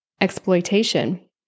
exploitation